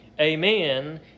Amen